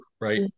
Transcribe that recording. right